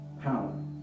power